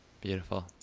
beautiful